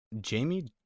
Jamie